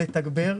לתגבר.